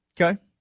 Okay